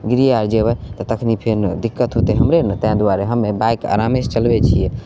गिरिए आर जयबै तऽ तखनी फेर हमरा दिक्कत होयते हमरे ने ताहि दुआरे हमे बाइक आरामे से चलबैत छियै